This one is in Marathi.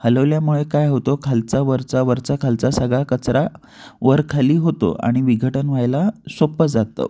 हलवल्यामुळे काय होतो खालचा वरचा वरचा खालचा सगळा कचरा वरखाली होतो आणि विघटन व्हायला सोपं जातं